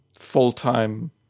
full-time